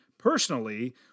Personally